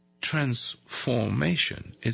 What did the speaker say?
transformation